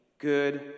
good